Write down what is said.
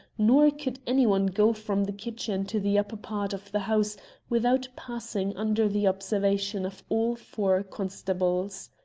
nor could any one go from the kitchen to the upper part of the house without passing under the observation of all four constables.